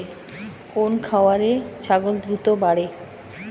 কোন খাওয়ারে ছাগল দ্রুত বাড়ে?